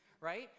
Right